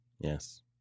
Yes